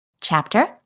chapter